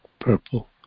purple